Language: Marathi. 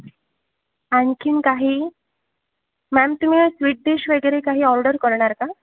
आणखीन काही मॅम तुम्ही स्वीट डिश वगैरे काही ऑर्डर करणार का